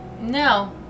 no